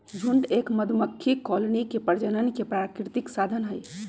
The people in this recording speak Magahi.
झुंड एक मधुमक्खी कॉलोनी के प्रजनन के प्राकृतिक साधन हई